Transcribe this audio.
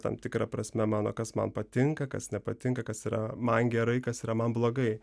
tam tikra prasme mano kas man patinka kas nepatinka kas yra man gerai kas yra man blogai